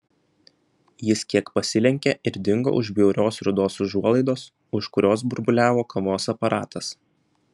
jis kiek pasilenkė ir dingo už bjaurios rudos užuolaidos už kurios burbuliavo kavos aparatas